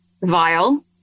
vile